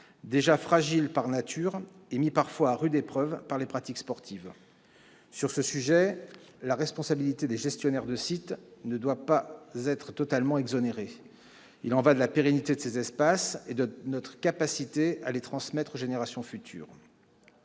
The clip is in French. déjà fragiles par nature et parfois mis à rude épreuve par les pratiques sportives. Sur ce sujet, la responsabilité des gestionnaires de sites ne doit pas être totalement exonérée. Il y va de la pérennité de ces espaces et de notre capacité à les transmettre aux générations futures.